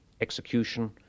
execution